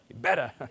better